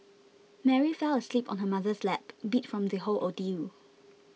Mary fell asleep on her mother's lap beat from the whole ordeal